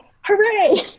hooray